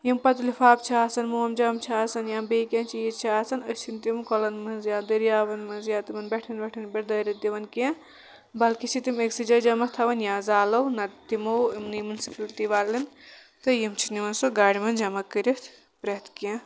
یِم پَتہٕ لِفافہٕ چھِ آسان مومجام چھِ آسان یا بیٚیہِ کینٛہہ چیٖز چھِ آسان أسۍ چھنہٕ تِم کۄلن منٛز یا دٔریابن منٛز یا تِمن بَٹھٮ۪ن وَٹھٮ۪ن پٮ۪ٹھ دٲرِتھ دِوان کیٚنٛہہ بلکہِ چھِ تِم أکسٕے جایہِ جمع تھاوان یا زالو نتہِ دِمو یِمنٕے مُنسپلٹی والٮ۪ن تہٕ یِم چھِ نِوان سُہ گاڑِ منٛز جمع کٔرِتھ پرٮ۪تھ کیٚنٛہہ